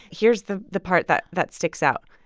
here's the the part that that sticks out.